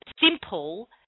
simple